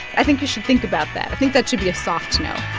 i think you should think about that. i think that should be a soft no